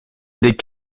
des